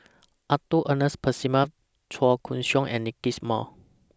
Arthur Ernest Percival Chua Koon Siong and Nickys Moey